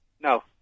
No